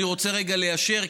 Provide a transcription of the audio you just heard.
רוצה רגע ליישר,